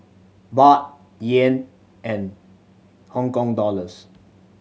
Baht Yen and Hong Kong Dollars